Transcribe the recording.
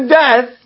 death